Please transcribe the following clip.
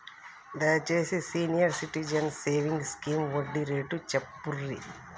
దయచేసి senior citizens savings scheme వడ్డీ rate చెప్పుర్రి